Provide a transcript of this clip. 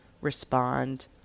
respond